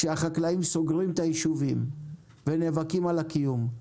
כשהחקלאים סוגרים את היישובים ונאבקים על הקיום.